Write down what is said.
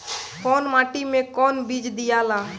कौन माटी मे कौन बीज दियाला?